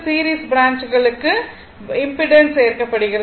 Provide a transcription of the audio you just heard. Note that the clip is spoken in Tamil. சீரிஸ் பிரான்ச் களுக்கு இம்பிடன்ஸ் சேர்க்கப்படுகிறது